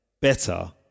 Better